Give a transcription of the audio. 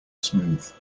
smooth